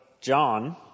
John